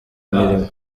imirimo